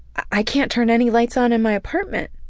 i can't turn any lights on in my apartment.